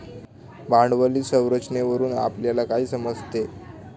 भांडवली संरचनेवरून आपल्याला काय समजते?